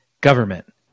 Government